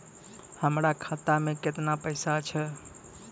हमर खाता मैं केतना पैसा छह?